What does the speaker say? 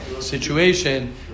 situation